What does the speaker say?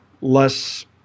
less